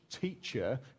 teacher